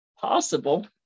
possible